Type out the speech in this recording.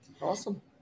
Awesome